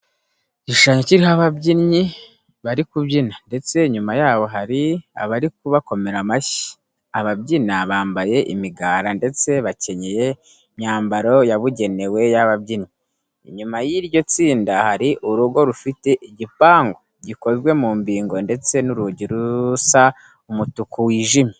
Igishushanyo kiriho ababyinnyi bari kubyina ndetse inyuma y'abo hari abari kubakomera amashyi. Ababyina bambaye imigara ndetse bakenyeye imyambaro yabugenewe y'ababyinnyi. Inyuma y'iryo tsinda hari urugo rufite igipangu gikozwe mu mbingo ndetse n'urugi rusa umutuku wijimye.